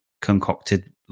concocted